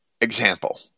example